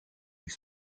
les